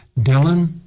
Dylan